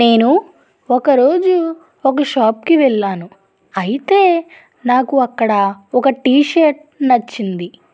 నేను ఒక రోజు ఒక షాప్కి వెళ్ళాను అయితే నాకు అక్కడ ఒక టీషర్ట్ నచ్చింది